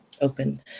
Open